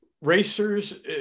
Racers